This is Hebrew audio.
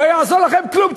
לא יעזור לכם כלום.